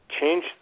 change